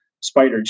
Spider